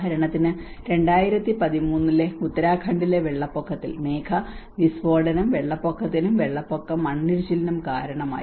ഉദാഹരണത്തിന് 2013 ലെ ഉത്തരാഖണ്ഡിലെ വെള്ളപ്പൊക്കത്തിൽ മേഘവിസ്ഫോടനം വെള്ളപ്പൊക്കത്തിനും വെള്ളപ്പൊക്കം മണ്ണിടിച്ചിലിനും കാരണമായി